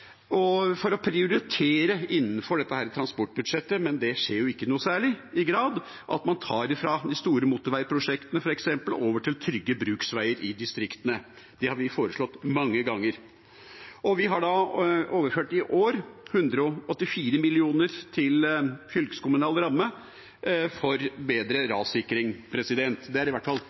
– for å prioritere innen dette transportbudsjettet. Men det skjer ikke i særlig grad at man tar fra f.eks. de store motorveiprosjektene over til trygge bruksveier i distriktene. Det har vi foreslått mange ganger. Vi har i år overført 184 mill. kr til fylkeskommunal ramme for bedre rassikring. Det er i hvert fall